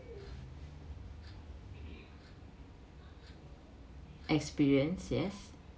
experience yes